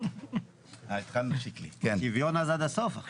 אם שוויון אז עד הסוף.